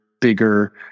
bigger